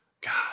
God